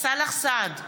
סאלח סעד,